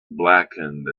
blackened